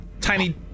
tiny